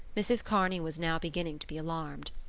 mrs. kearney was now beginning to be alarmed.